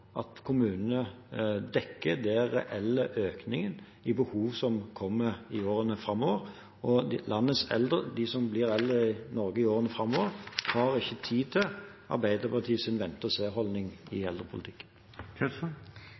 at kommunene dekker den reelle økningen i behov som kommer i årene framover. Og landets eldre, de som blir eldre i Norge i årene framover, har ikke tid til Arbeiderpartiets vente-og-se-holdning i